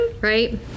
right